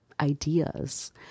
ideas